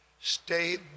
Stay